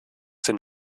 den